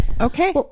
okay